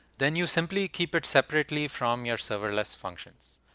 then you simply keep it separately from your serverless functions.